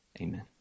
amen